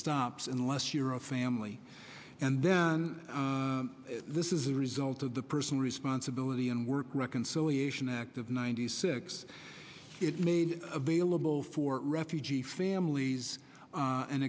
stops unless you're a family and then this is a result of the personal responsibility and work reconciliation act of ninety six it made available for refugee families a